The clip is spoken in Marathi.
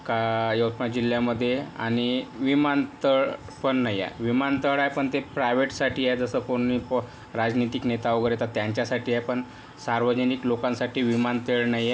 का यवतमाळ जिल्ह्यामधे आणि विमानतळ पण नाही आहे विमानतळ आहे पण ते प्रायव्हेटसाठी आहे जसं कोणी प राजनैतिक नेता वगैरे येतात त्यांच्यासाठी आहे पण सार्वजनिक लोकांसाठी विमानतळ नाही आहे